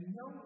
no